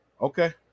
Okay